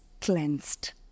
cleansed